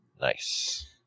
Nice